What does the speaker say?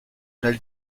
del